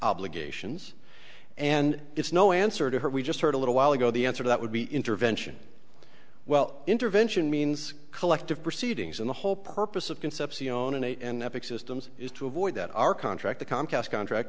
obligations and it's no answer to her we just heard a little while ago the answer to that would be intervention well intervention means collective proceedings and the whole purpose of concepcion and epic systems is to avoid that our contract the comcast contract